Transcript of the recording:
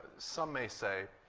some may say,